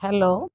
hello